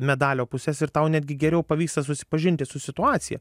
medalio pusės ir tau netgi geriau pavyksta susipažinti su situacija